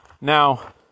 Now